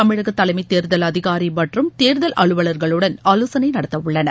தமிழகத் தலைமை தேர்தல் அதிகாரி மற்றும் தேர்தல் அலுவலர்களுடன் ஆலோசனை நடத்த உள்ளனர்